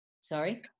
Sorry